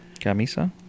camisa